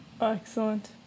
Excellent